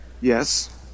Yes